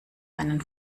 einen